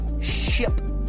ship